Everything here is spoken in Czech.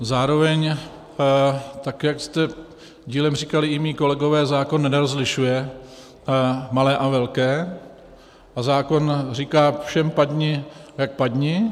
Zároveň, tak jak zde dílem říkali i moji kolegové, zákon nerozlišuje malé a velké a zákon říká, všem padni jak padni.